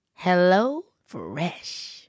HelloFresh